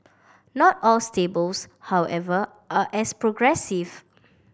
not all stables however are as progressive